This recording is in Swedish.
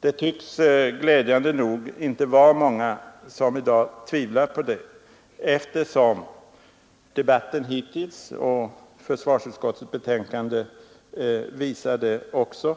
Det tycks glädjande nog inte vara många som i dag tvivlar på det, eftersom debatten hittills — försvarsutskottets betänkande visar det också